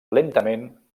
lentament